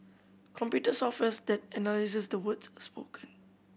computer software then analyses the words spoken